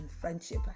friendship